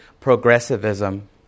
progressivism